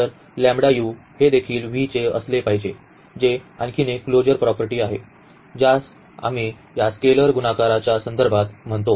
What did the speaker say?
तर हे देखील V चे असले पाहिजे जे आणखी एक क्लोजर प्रॉपर्टी आहे ज्यास आम्ही या स्केलर गुणाकाराच्या संदर्भात म्हणतो